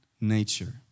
nature